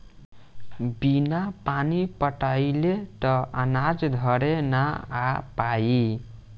बिना पानी पटाइले त अनाज घरे ना आ पाई